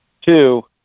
Two